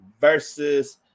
versus